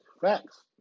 Facts